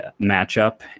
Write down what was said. matchup